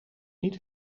niet